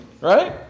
right